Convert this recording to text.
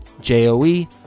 J-O-E